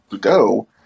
go